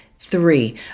Three